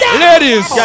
ladies